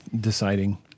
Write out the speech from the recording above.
deciding